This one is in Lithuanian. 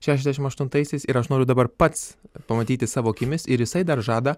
šešiasdešim aštuntaisiais ir aš noriu dabar pats pamatyti savo akimis ir jisai dar žada